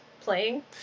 playing